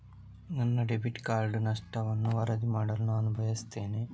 ನನ್ನ debit card ನಷ್ಟವನ್ನು ವರದಿ ಮಾಡಲು ನಾನು ಬಯಸ್ತೆನೆ